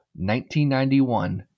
1991